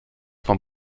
vom